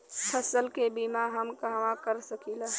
फसल के बिमा हम कहवा करा सकीला?